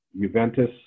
Juventus